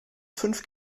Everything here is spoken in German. fünf